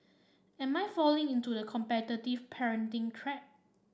am I falling into the competitive parenting trap